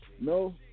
No